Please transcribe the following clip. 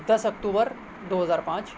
دس اکتوبر دو ہزار پانچ